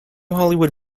hollywood